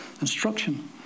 instruction